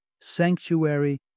sanctuary